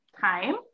time